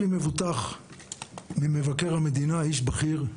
יש לי מבוטח ממבקר המדינה, איש בכיר.